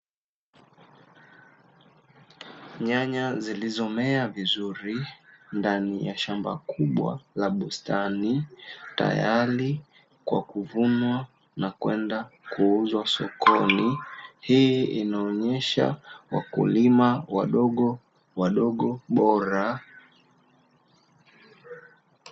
Nyanya zilizomea vizuri ndani ya shamba kubwa la bustani tayari kwa kuvunwa na kwenda kuuzwa sokoni, hii inaonyesha wakulima wadogo bora.